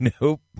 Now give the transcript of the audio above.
Nope